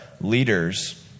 leaders